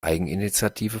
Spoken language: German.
eigeninitiative